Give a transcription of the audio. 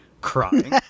crying